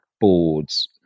boards